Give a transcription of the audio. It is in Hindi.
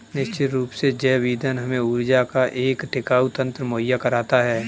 निश्चित रूप से जैव ईंधन हमें ऊर्जा का एक टिकाऊ तंत्र मुहैया कराता है